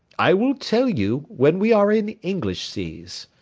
i will tell you when we are in english seas,